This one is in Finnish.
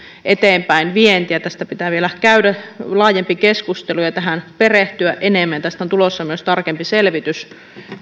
eteenpäinvientiä tästä pitää vielä käydä laajempi keskustelu ja tähän perehtyä enemmän ja tästä on tulossa myös tarkempi selvitys